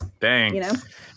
Thanks